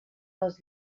les